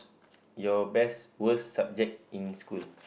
your best worst subject in school